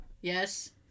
Yes